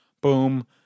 boom